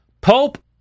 Pope